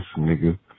nigga